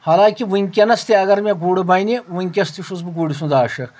حالانکہِ ؤنکیٚنس تہِ اگر مےٚ گُر بنہِ ؤنکیٚس تہِ چھُس بہٕ گُرۍ سُنٛد عاشق